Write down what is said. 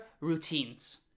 routines